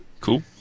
Cool